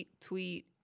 tweet